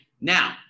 Now